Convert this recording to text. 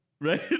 Right